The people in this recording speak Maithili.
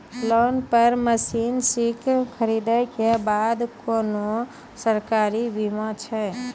लोन पर मसीनऽक खरीद के बाद कुनू सरकारी बीमा छै?